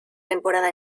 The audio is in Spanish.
temporada